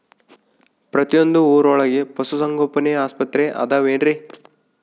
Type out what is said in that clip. ಪ್ರತಿಯೊಂದು ಊರೊಳಗೆ ಪಶುಸಂಗೋಪನೆ ಆಸ್ಪತ್ರೆ ಅದವೇನ್ರಿ?